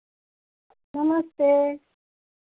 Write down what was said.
नमस्ते